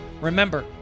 Remember